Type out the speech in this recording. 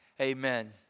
Amen